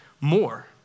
more